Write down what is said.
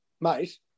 Mate